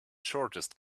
shortest